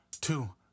two